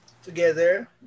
Together